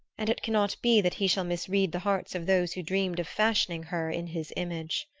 and it cannot be that he shall misread the hearts of those who dreamed of fashioning her in his image.